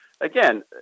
again